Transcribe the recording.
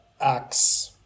acts